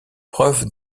preuve